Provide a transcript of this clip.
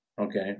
Okay